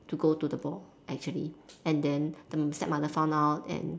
to go to the ball actually and then the stepmother found out and